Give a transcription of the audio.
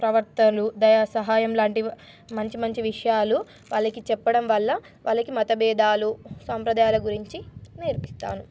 ప్రవర్తనలు దయ సహాయం లాంటి మంచి మంచి విషయాలు వాళ్ళకి చెప్పడం వల్ల వాళ్ళకి మత భేదాలు సంప్రదాయాల గురించి నేర్పిస్తాను